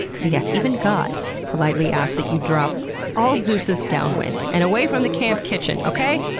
so, yes. even god politely asked that you drop all deuces downwind, and away from the camp kitchen, okay?